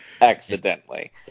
Accidentally